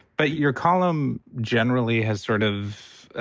but your column generally has sort of